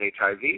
HIV